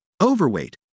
Overweight